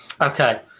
Okay